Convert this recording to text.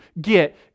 get